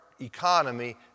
economy